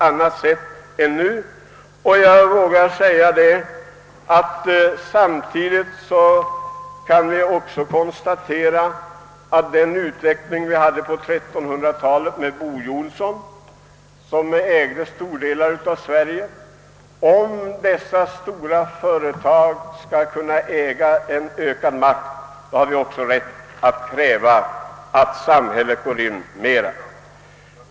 Jag tänker i det sammanhanget faktiskt på utvecklingen under 1300-talet då Bo Jonsson Grip ägde stora delar av Sverige. Om de stora företagen skall få ökad makt, har vi också rätt att kräva att samhället får gå in i företagen i större utsträckning.